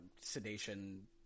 sedation